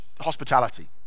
hospitality